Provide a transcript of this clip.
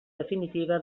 definitiva